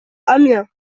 amiens